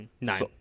Nine